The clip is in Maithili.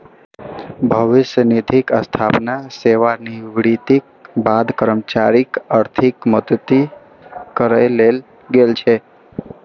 भविष्य निधिक स्थापना सेवानिवृत्तिक बाद कर्मचारीक आर्थिक मदति करै लेल गेल छै